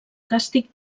càstig